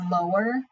lower